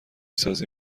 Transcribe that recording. سازی